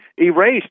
erased